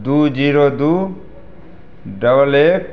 दू जीरो दू डबल एक